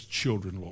children